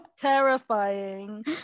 terrifying